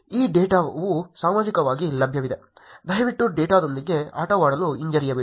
ಈಗ ಡೇಟಾವು ಸಾರ್ವಜನಿಕವಾಗಿ ಲಭ್ಯವಿದೆ ದಯವಿಟ್ಟು ಡೇಟಾದೊಂದಿಗೆ ಆಟವಾಡಲು ಹಿಂಜರಿಯಬೇಡಿ